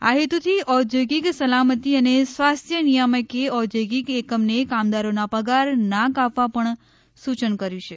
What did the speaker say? આ હેતુથી ઔદ્યોગિક સલામતી અને સ્વાસ્થ્ય નિયામકે ઔદ્યોગિક એકમને કામદારોનો પગાર ના કાપવા પણ સૂચન કર્યું છે